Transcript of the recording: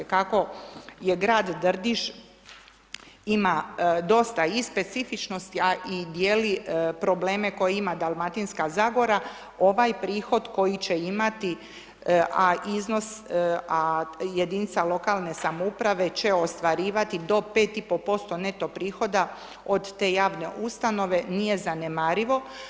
Kako je grad Drniš ima dosta i specifičnosti a i dijeli probleme koje ima Dalmatinska zagora, ovaj prihod koji će imati a iznos a jedinica lokalne samouprave će ostvarivati do 5,5% neto prihoda od te javne ustanove nije zanemarivo.